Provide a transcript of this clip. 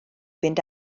fynd